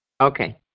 Okay